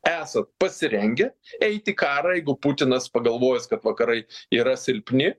esat pasirengę eit į karą jeigu putinas pagalvojęs kad vakarai yra silpni